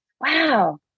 wow